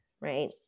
right